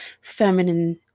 feminine